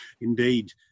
Indeed